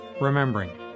remembering